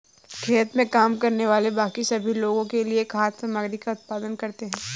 खेत में काम करने वाले बाकी सभी लोगों के लिए खाद्य सामग्री का उत्पादन करते हैं